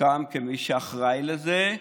שסוכם שהוא מי שאחראי לזה,